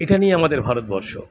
এটা নিয়ে আমাদের ভারতবর্ষ